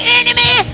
enemy